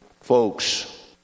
Folks